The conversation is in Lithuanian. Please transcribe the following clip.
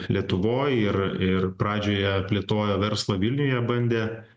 lietuvoj ir ir pradžioje plėtojo verslą vilniuje bandė